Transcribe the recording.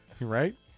Right